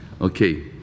okay